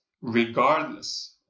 regardless